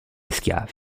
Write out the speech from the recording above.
schiavi